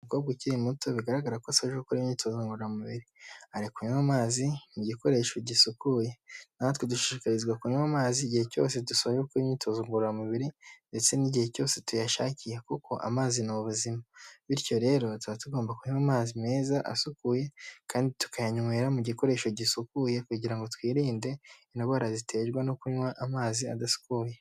Umukobwa ukiri muto bigaragara ko asoje gukora imyitozo ngororamubiri ari kunywa amazi ni igikoresho gisukuye, natwe dushishikarizwa kunywa amazi igihe cyose dusoje gukora imyitozo ngororamubiri ndetse n'igihe cyose tuyashakiye kuko amazi ni ubuzima bityo rero tuba tugomba kunywa amazi meza asukuye kandi tukayanywera mu gikoresho gisukuye kugira twirinde indwara ziterwa no kunywa amazi adasukuye.